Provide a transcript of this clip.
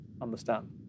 understand